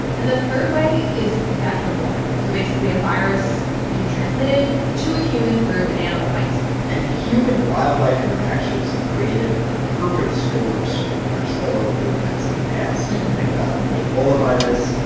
and the third way is vector-borne, so basically a virus being transmitted to a human through an animal bite and human-wildlife interactions have created the perfect storm sort of for spillover events in the past. think about the ebola virus,